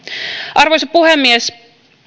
arvoisa puhemies